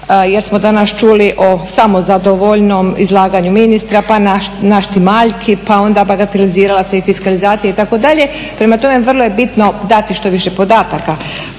jer smo danas čuli o samozadovoljnom izlaganju ministra pa naštimaljki pa onda bagatelizirala se i fiskalizacija itd., prema tome vrlo je bitno dati što više podataka.